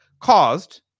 caused